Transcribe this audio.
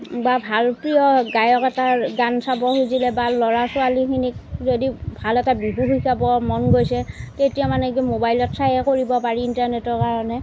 বা ভাল প্ৰিয় গায়ক এটাৰ গান চাব খুজিলে বা ল'ৰা ছোৱালীখিনিক যদি ভাল এটা বিহু শিকাব মন গৈছে তেতিয়া মানে কি মোবাইলত চাইয়ে কৰিব পাৰি ইণ্টাৰনেটৰ কাৰণে